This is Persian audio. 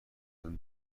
بدم